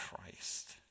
Christ